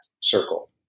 circle